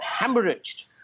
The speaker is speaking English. hemorrhaged